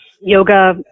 yoga